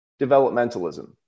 developmentalism